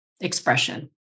expression